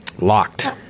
Locked